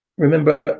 Remember